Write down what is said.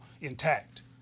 intact